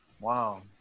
wow